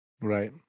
Right